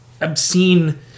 obscene